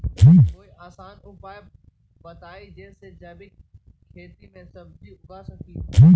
कोई आसान उपाय बताइ जे से जैविक खेती में सब्जी उगा सकीं?